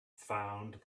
found